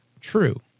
true